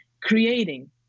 creating